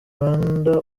rwanda